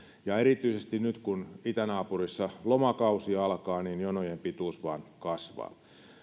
ja erityisesti nyt kun itänaapurissa lomakausi alkaa jonojen pituus vain kasvaa